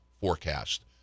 forecast